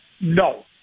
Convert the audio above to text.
No